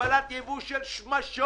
הגבלת יבוא של שמשות.